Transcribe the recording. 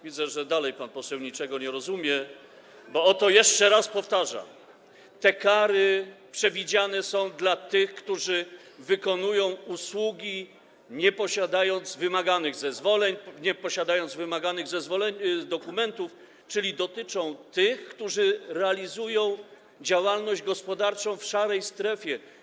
Widzę, że dalej pan poseł niczego nie rozumie, więc oto jeszcze raz powtarzam: Te kary przewidziane są dla tych, którzy wykonują usługi, nie posiadając wymaganych zezwoleń, nie posiadając wymaganych dokumentów, czyli dotyczą tych, którzy realizują działalność gospodarczą w szarej strefie.